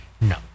No